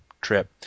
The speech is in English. trip